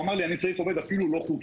הוא אמר לי: אני צריך עובד, אפילו לא-חוקי.